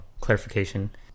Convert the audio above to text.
clarification